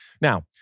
Now